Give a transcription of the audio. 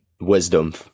wisdom